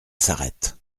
s’arrête